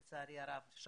לצערי הרב אנחנו